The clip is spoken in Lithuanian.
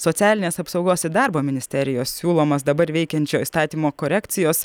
socialinės apsaugos ir darbo ministerijos siūlomas dabar veikiančio įstatymo korekcijos